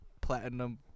platinum